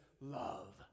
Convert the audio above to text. love